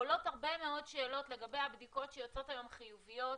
עולות הרבה מאוד שאלות לגבי הבדיקות שיוצאות היום חיוביות,